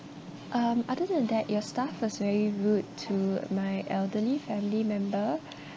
um other than that your staff was very rude to my elderly family member